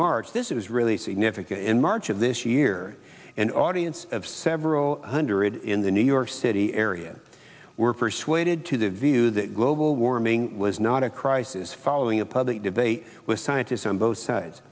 march this is really significant in march of this year an audience of several hundred in the new york city area were persuaded to the view that global warming was not a crisis following a public debate with scientists on both sides